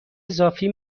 اضافی